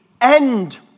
end